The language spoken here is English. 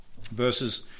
verses